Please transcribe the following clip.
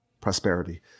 prosperity